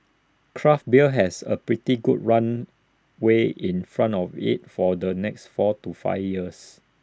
craft beer has A pretty good runway in front of IT for the next four to five years